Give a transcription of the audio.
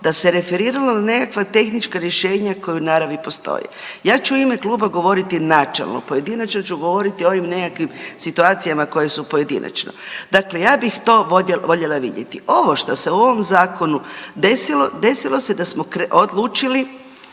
Da se referiralo na nekakva tehnička rješenja koja u naravi, postoje. Ja ću u ime kluba govoriti načelno, pojedinačno ću govoriti o ovim nekakvih situacijama koje su pojedinačno. Dakle, ja bih to voljela vidjeti. Ovo što se u ovom Zakonu desilo, desilo se da smo odlučili